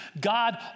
God